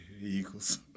Eagles